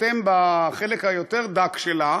אתם בחלק הדק יותר שלה,